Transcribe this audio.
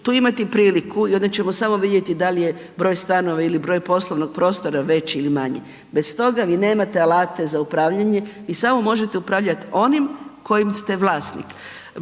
tu imati priliku i onda ćemo samo vidjeti dali je broj stanova ili broj poslovnog prostora veći ili manje. Bez toga vi nemate alata za upravljanje, vi samo možete upravljati onim kojim ste vlasnik.